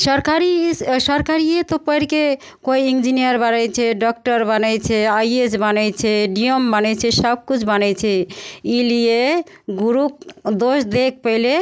सरकारी सरकारिए तऽ पढ़िके कोइ इन्जीनियर बनै छै डाकटर बनै छै आइ ए एस बनै छै डी एम बनै छै सबकिछु बनै छै एहिलिए गुरु दोष दैके पहिले